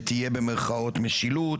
שתהיה במרכאות "משילות".